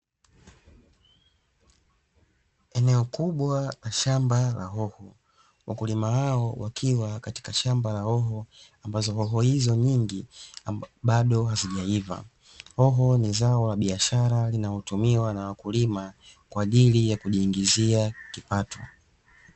Eneo kubwa la shamba la hoho, wakulima hao wakiwa katika shamba la hoh,o ambazo hoho hizo nyingi bado hazijaiva. Hoho ni zao la biashara linalotumiwa na wakulima, kwa ajili ya kujiingizia kipato.